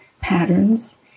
patterns